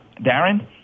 Darren